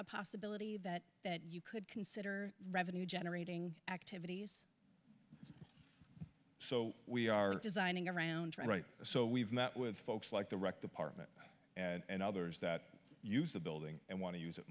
a possibility that that you could consider revenue generating activities so we are designing around trying right so we've met with folks like the rec department and others that use the building and want to use it